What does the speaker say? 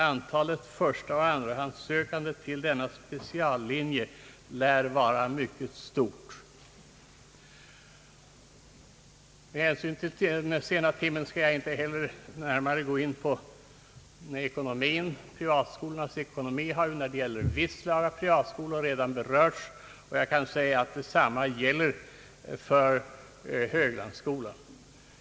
Antalet förstaoch andrahandssökande till denna speciallinje lär vara mycket stort. Med hänsyn till den sena timmen skall jag inte heller närmare gå in på ekonomin. Privatskolornas ekonomi har när det gäller ett visst slag av privatskolor redan berörts, och vad där sagts gäller också för Höglandsskolan.